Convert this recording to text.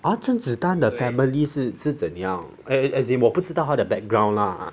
but 他甄子丹 the family 是是怎样 as as as in 我不知道他的 background lah